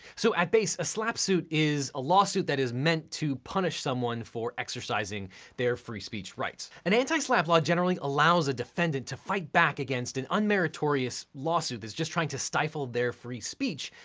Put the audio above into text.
so at base, a slapp suit is a lawsuit that is meant to punish someone for exercising their free speech right. an anti-slapp law generally allows the defendant to fight back against an unmeritorious lawsuit that's just trying to stifle their free speech.